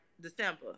December